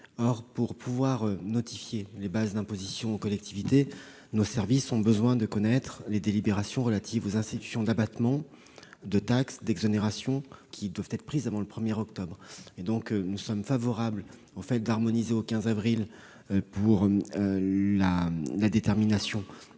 Or pour notifier les bases d'imposition aux collectivités, nos services ont besoin de connaître les délibérations relatives aux institutions d'abattement ou d'exonération de taxe, qui doivent être prises avant le 1 octobre. Par conséquent, nous sommes favorables au fait d'harmoniser au 15 avril la date limite